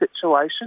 situation